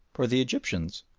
for the egyptians,